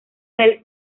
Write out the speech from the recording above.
del